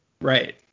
Right